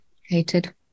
Hated